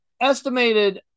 Estimated